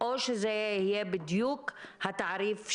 היה פה באמת ניסיון כן.